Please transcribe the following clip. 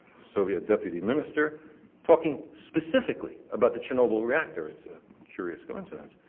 soviet deputy minister talking specifically about the chernobyl reactor, it's a curious coincidence,